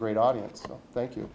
great audience thank you